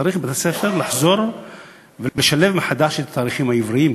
צריך לחזור ולשלב מחדש בבתי-הספר את התאריכים העבריים,